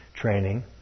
training